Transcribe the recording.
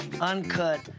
uncut